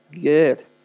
Good